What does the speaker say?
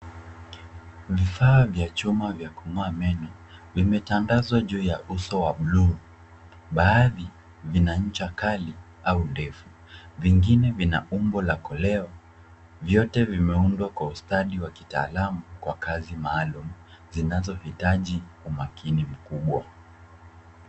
Vifaa vya chuma vya kungoa meno, vimetandazwa juu ya uso wa blue .Baadhi vina ncha kali au ndefu. Vingine vina umbo la koleo, vyote vimeundwa kwa ustadi wa kitaalamu, kwa kazi maalum, zinazohitaji umakini mkubwa.